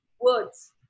words